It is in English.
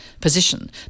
position